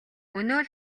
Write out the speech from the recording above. өнөө